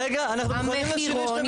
רגע, אנחנו מוכנים לשינוי שאתה מציע.